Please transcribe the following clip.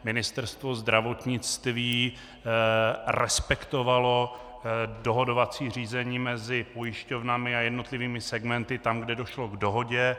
Ministerstvo zdravotnictví respektovalo dohodovací řízení mezi pojišťovnami a jednotlivými segmenty tam, kde došlo k dohodě.